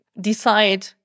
decide